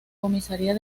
comisaría